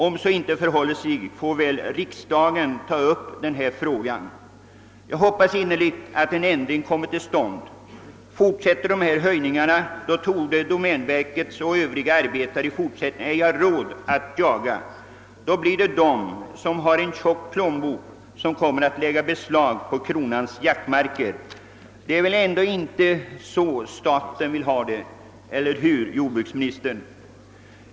Om så inte förhåller sig, får väl riksdagen ta upp denna fråga. Jag hoppas innerligt att en ändring kommer till stånd. Om dessa höjningar fortsätter, torde arbetarna inom domänverket och övriga arbetare i fortsättningen ej ha råd att jaga på domänverkets marker. Det blir då de som har en tjock plånbok som kommer att lägga beslag på jakten inom dessa jaktmarker. Det är väl ändå inte på detta sätt som staten vill ha det — eller hur, herr jordbruksminister?